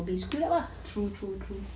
true true true